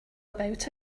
about